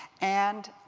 and